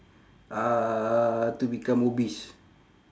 uh to become obese